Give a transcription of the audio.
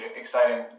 exciting